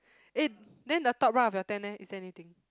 eh then the top right of your tent leh is there anything